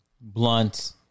blunt